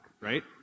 Right